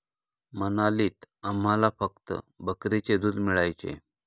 मनालीत आम्हाला फक्त बकरीचे दूध मिळायचे